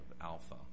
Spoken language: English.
Alpha